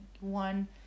one